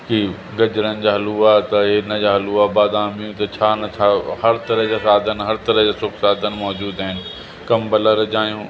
की गजरनि जा हलिवा त हिन जा हलिवा बादामियूं न छा न छा हर तरह जा साधन हर तरह जा सुख साधन मौजूदु आहिनि कंबल रजायूं